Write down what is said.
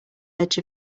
edge